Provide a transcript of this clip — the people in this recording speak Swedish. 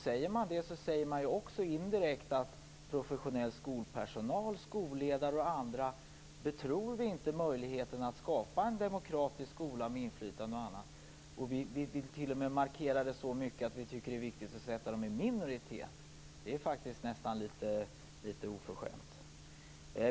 Säger man det, säger man indirekt att man inte tror professionell skolpersonal, skolledare och andra om att kunna skapa en demokratisk skola med inflytande och annat. Man vill t.o.m. markera det så mycket att det är viktigt att sätta dem i minoritet. Det är faktiskt nästan litet oförskämt.